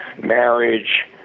marriage